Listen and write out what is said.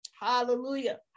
Hallelujah